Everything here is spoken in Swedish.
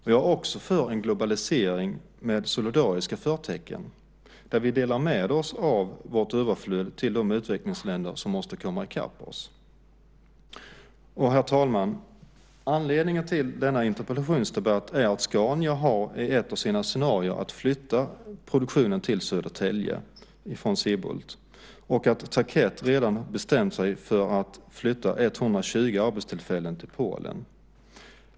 Jag är också för en globalisering med solidariska förtecken, där vi delar med oss av vårt överflöd till de utvecklingsländer som måste komma ikapp oss. Herr talman! Anledningen till denna interpellationsdebatt är att Scania i ett av sina scenarier har att flytta produktionen från Sibbhult till Södertälje och att Tarkett redan har bestämt sig för att flytta 120 arbetstillfällen till Polen.